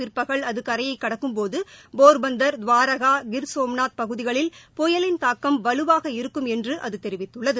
புயல் கரையை கடக்கும்போது போா்பந்தா் துவாரகா கிா சோம்நாத் பகுதிகளில் புயலின் தாக்கம் வலுவாக இருக்கும் என்றும் அது கூறியுள்ளது